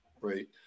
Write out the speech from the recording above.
right